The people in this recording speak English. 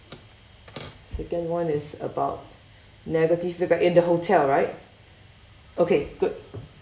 second one is about negative feedback in the hotel right okay good